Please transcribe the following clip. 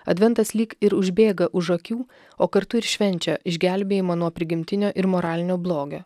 adventas lyg ir užbėga už akių o kartu ir švenčia išgelbėjimą nuo prigimtinio ir moralinio blogio